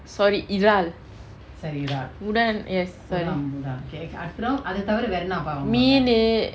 sorry இறால்:iraal udane yes sorry மீனு:meenu